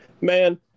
Man